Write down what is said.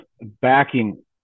backing